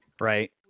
right